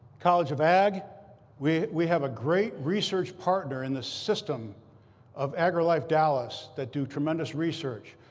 college of ag we we have a great research partner in the system of agrilife dallas that do tremendous research.